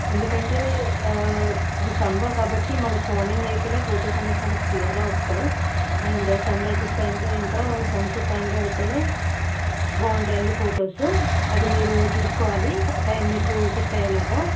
ఎందుకంటే ఇది సమ్మర్ కాబట్టి మనకు మార్నింగ్ అయితే ఫోటోస్ చాలా క్లియర్గా వస్తాయి అండ్ సన్రైజస్ టైంలో ఇంకా సన్సెట్ టైంలో అయితే బాగుంటాయండి ఫోటోస్ అది మీరు చూసుకోవాలి అంటే మీకు సెట్ అయ్యేలాగా